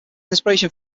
inspiration